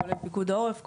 כולל פיקוד העורף,